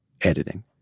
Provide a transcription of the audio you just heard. editing